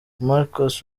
marcus